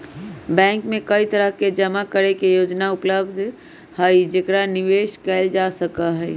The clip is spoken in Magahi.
बैंक में कई तरह के जमा करे के योजना उपलब्ध हई जेकरा निवेश कइल जा सका हई